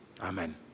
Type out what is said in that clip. Amen